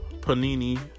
panini